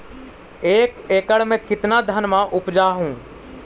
एक एकड़ मे कितना धनमा उपजा हू?